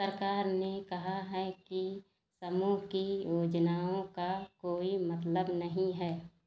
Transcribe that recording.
सरकार ने कहा है कि समूह की योजनाओं का कोई मतलब नहीं है